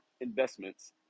investments